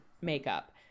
makeup